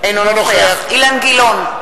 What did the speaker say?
בעד אילן גילאון,